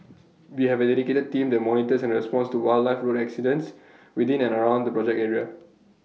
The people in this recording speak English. we have A dedicated team that monitors and responds to wildlife road incidents within and around the project area